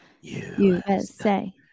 USA